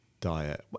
diet